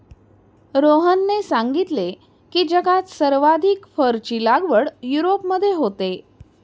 रोहनने सांगितले की, जगात सर्वाधिक फरची लागवड युरोपमध्ये होते